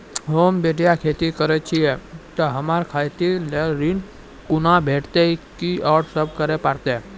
होम बटैया खेती करै छियै तऽ हमरा खेती लेल ऋण कुना भेंटते, आर कि सब करें परतै?